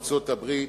ארצות-הברית,